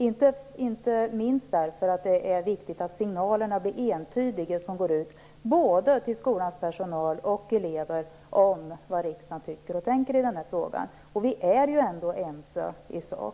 Det är inte minst viktigt att signalerna som går ut både till skolans personal och till eleverna är entydiga när det gäller vad riksdagen tänker och tycker i frågan. Vi är ändå ense i sak.